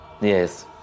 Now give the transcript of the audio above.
Yes